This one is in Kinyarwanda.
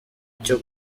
cyo